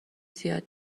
زیاد